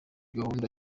gahunda